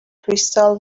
crystal